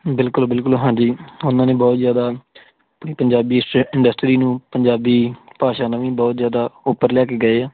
ਬਿਲਕੁਲ ਬਿਲਕੁਲ ਹਾਂਜੀ ਉਹਨਾਂ ਨੇ ਬਹੁਤ ਜ਼ਿਆਦਾ ਆਪਣੀ ਪੰਜਾਬੀ ਇੰਡਸਟਰੀ ਨੂੰ ਪੰਜਾਬੀ ਭਾਸ਼ਾ ਨੂੰ ਵੀ ਬਹੁਤ ਜ਼ਿਆਦਾ ਉੱਪਰ ਲੈ ਕੇ ਗਏ ਆ